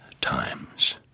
times